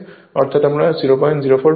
অর্থাৎ আমরা আমরা 044 পেয়েছি